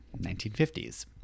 1950s